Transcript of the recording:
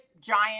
giant